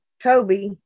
Kobe